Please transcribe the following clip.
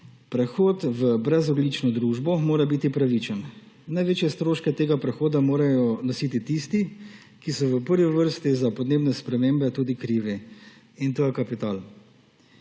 Prehod v brezogljično družbo mora biti pravičen. Največje stroške tega prehoda morajo nositi tisti, ki so v prvi vrsti za podnebne spremembe tudi krivi, in to je kapital.